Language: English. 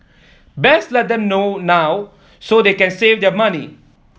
best let them know now so they can save their money